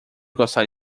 gostar